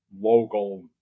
local